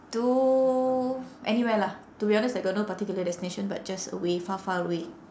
to anywhere lah to be honest I got no particular destination but just away far far away